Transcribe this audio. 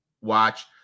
watch